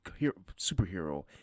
superhero